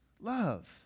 love